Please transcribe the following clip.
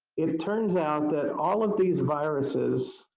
it turns out that all of these viruses,